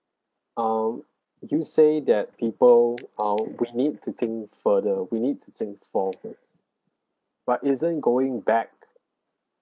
um you say that people uh we need to think further we need to think forwards but isn't going back